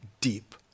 deep